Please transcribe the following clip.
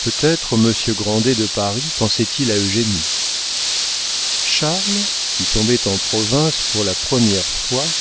peut-être monsieur grandet de paris pensait-il à eugénie charles qui tombait en province pour la première fois